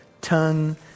tongue